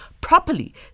properly